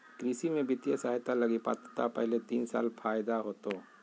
कृषि में वित्तीय सहायता लगी पात्रता पहले तीन साल फ़ायदा होतो